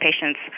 patients